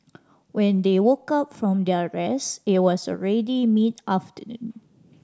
when they woke up from their rest it was already mid afternoon